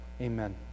amen